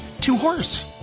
two-horse